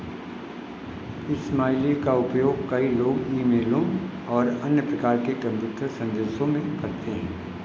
smiley का उपयोग कई लोग ईमेलों और अन्य प्रकार के कंप्यूटर संदेशों में करते हैं